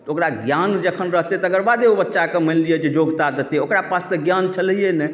तऽ ओकरा ज्ञान जखन रहतै तेकर बादे ओ बच्चाके मानि लिअ जे योग्यता देतै ओकरा पास तऽ ज्ञान छलैया नहि